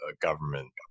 government